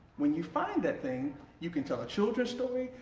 when you find that thing you can tell a children's story,